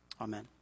Amen